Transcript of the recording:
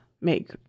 make